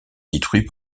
détruit